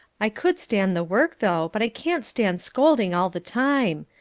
i could stand the work, though, but i can't stand scolding all the time.